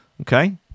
Okay